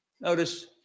Notice